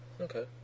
okay